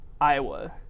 Iowa